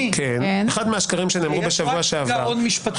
אחד מהשקרים שנאמרו בשבוע שעבר --- יש רק גאון משפטי אחד בוועדה...